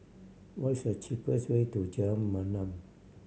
what is the cheapest way to Jalan Mamam